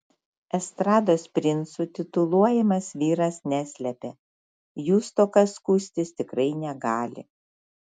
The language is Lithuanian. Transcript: estrados princu tituluojamas vyras neslepia jų stoka skųstis tikrai negali